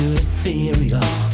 ethereal